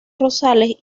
rosales